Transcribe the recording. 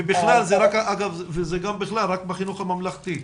ובכלל, זה רק בחינוך הממלכתי,